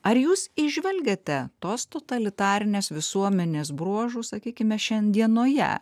ar jūs įžvelgiate tos totalitarinės visuomenės bruožų sakykime šiandienoje